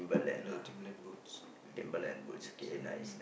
you know the Timberland boots maybe that's uh